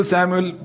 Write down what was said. Samuel